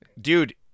Dude